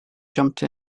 jumped